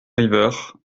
river